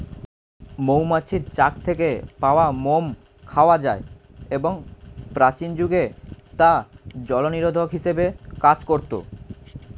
মৌমাছির চাক থেকে পাওয়া মোম খাওয়া যায় এবং প্রাচীন যুগে তা জলনিরোধক হিসেবে কাজ করত